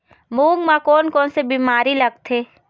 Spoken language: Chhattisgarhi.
मूंग म कोन कोन से बीमारी लगथे?